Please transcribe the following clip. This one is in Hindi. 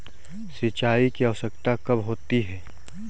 सिंचाई की आवश्यकता कब होती है?